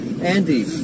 Andy